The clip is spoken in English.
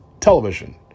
Television